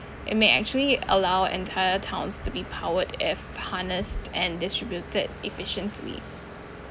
it may actually allow entire towns to be powered if harnessed and distributed efficiently